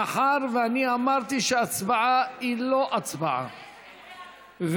מאחר שאמרתי שההצבעה היא לא הצבעה,